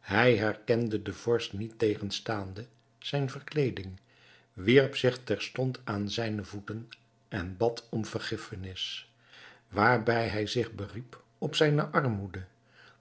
hij herkende den vorst niettegenstaande zijne verkleeding wierp zich terstond aan zijne voeten en bad om vergiffenis waarbij hij zich beriep op zijne armoede